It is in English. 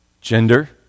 gender